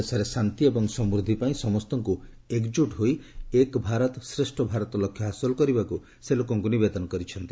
ଦେଶର ଶାନ୍ତି ଏବଂ ସମୃଦ୍ଧି ପାଇଁ ସମସ୍ତଙ୍କ ଏକଜ୍ ଟ ହୋଇ ଏକ ଭାରତ ଶ୍ରେଷ୍ଠ ଭାରତ ଲକ୍ଷ୍ୟ ହାସଲ କରିବାକୁ ସେ ଲୋକଙ୍କୁ ନିବେଦନ କରିଛନ୍ତି